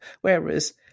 whereas